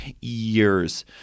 years